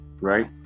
right